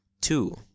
two